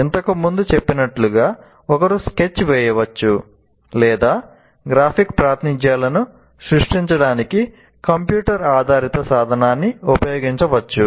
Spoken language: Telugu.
ఇంతకు ముందు చెప్పినట్లుగా ఒకరు స్కెచ్ చేయవచ్చు లేదా గ్రాఫిక్ ప్రాతినిధ్యాలను సృష్టించడానికి కంప్యూటర్ ఆధారిత సాధనాన్ని ఉపయోగించవచ్చు